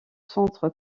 centre